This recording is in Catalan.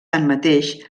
tanmateix